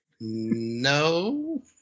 No